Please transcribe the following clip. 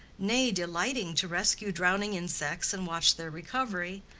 nay delighting to rescue drowning insects and watch their recovery,